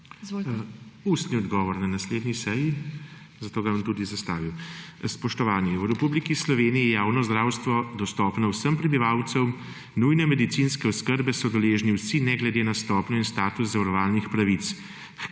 Ustni odgovor na naslednji seji, zato ga bom tudi zastavil. Spoštovani! V Republiki Sloveniji je javno zdravstvo dostopno vsem prebivalcem, nujne medicinske oskrbe so deležni vsi, ne glede na stopnjo in status zavarovalnih pravic.